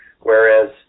whereas